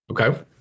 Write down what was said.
Okay